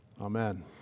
amen